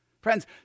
Friends